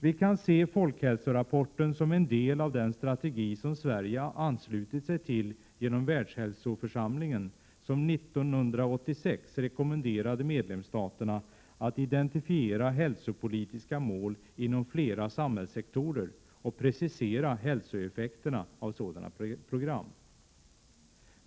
Vi kan se folkhälsorapporten som en del av den strategi som Sverige har anslutit sig till genom världshälsoförsamlingen, som 1986 rekommenderade medlemsstaterna att identifiera hälsopolitiska mål inom flera samhällssektorer och precisera hälsoeffekterna av sådana program.